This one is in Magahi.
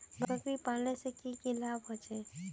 बकरी पालने से की की लाभ होचे?